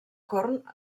corn